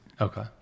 okay